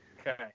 Okay